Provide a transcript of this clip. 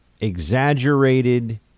exaggerated